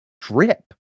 drip